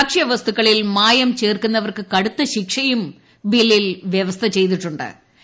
ഭക്ഷ്യവസ്തുക്കളിൽ മായം ചേർക്കുന്നിവർക്ക് കടുത്ത ശിക്ഷയും ബില്ലിൽ വൃവസ്ഥ ചെയ്തിട്ടു ്